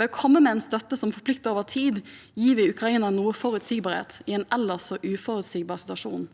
Ved å komme med en støtte som forplikter over tid, gir vi Ukraina noe forutsigbarhet i en ellers uforutsigbar situasjon.